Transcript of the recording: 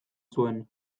zuen